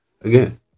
again